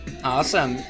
Awesome